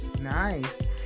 Nice